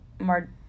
more